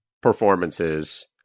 performances